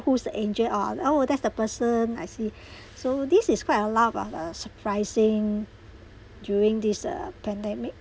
who is the angel or oh that's the person I see so this is quite a lot of a surprising during this uh pandemic